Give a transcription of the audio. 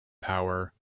power